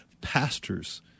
pastors